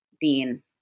Dean